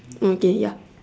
okay ya